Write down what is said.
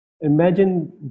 imagine